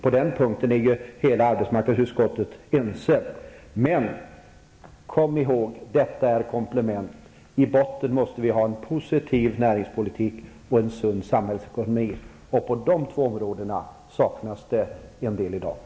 På den punkten är hela arbetsmarknadsutskottet ense. Men kom ihåg: Detta är komplement. I botten måste vi ha en positiv näringspolitik och en sund samhällsekonomi, och på de två områdena saknas det i dag en del.